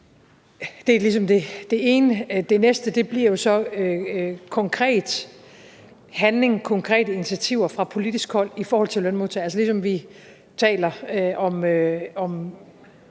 Det næste bliver jo så konkret handling og konkrete initiativer fra politisk hold i forhold til lønmodtagerne.